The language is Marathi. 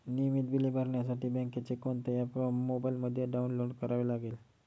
नियमित बिले भरण्यासाठी बँकेचे कोणते ऍप मोबाइलमध्ये डाऊनलोड करावे लागेल?